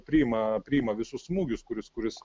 priima priima visus smūgius kuris kuris